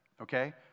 Okay